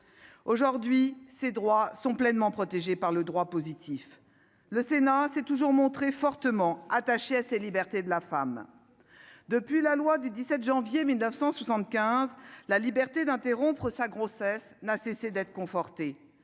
aujourd'hui ces droits sont pleinement protégés par le droit positif, le Sénat s'est toujours montré fortement attaché à ses libertés de la femme, depuis la loi du 17 janvier 1975 la liberté d'interrompre sa grossesse n'a cessé d'être conforté